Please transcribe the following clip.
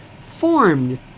formed